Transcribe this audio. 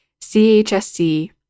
CHSC